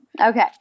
Okay